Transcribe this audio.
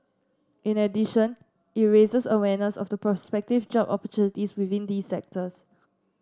in addition it raises awareness of the prospective job opportunities within these sectors